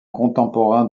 contemporain